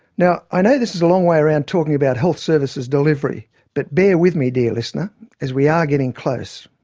now i know this is a long way around talking about health services delivery but bear with me dear listener as we are getting close.